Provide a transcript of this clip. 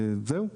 זהו,